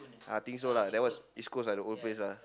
uh I think so lah that one East-Coast lah the old place lah